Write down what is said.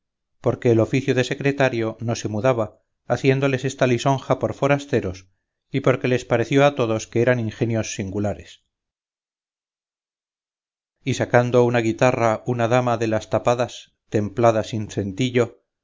porque el oficio de secretario no se mudaba haciéndoles esta lisonja por forasteros y porque les pareció a todos que eran ingenios singulares y sacando una guitarra una dama de las tapadas templada